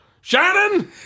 Shannon